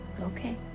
Okay